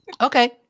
Okay